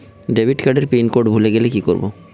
Debit card এর pin code ভুলে গেলে কি করব?